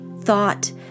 thought